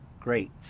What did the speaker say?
Great